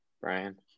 Brian